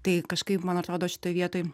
tai kažkaip man atrodo šitoj vietoj